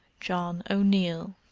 john o'neill.